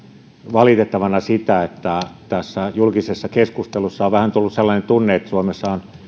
valitettavana sitä että tässä julkisessa keskustelussa on vähän tullut sellainen tunne että suomessa on